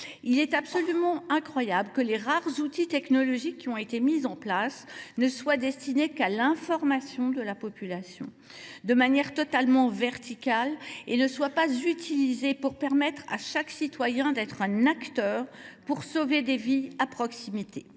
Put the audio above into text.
Il est absolument incroyable que les rares outils technologiques qui ont été mis en place ne soient destinés qu’à l’information de la population, de manière totalement verticale. Pourquoi ne sont ils pas déployés pour permettre à chaque citoyen d’être acteur du secours à la